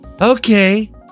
okay